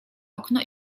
okno